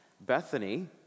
Bethany